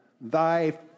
thy